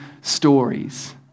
stories